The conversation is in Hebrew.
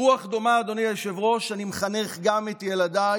ברוח דומה, אדוני היושב-ראש, אני מחנך גם את ילדיי